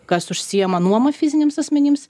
kas užsiima nuoma fiziniams asmenims